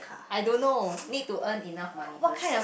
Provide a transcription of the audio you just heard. I don't know need to earn enough money first